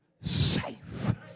safe